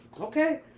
Okay